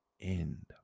end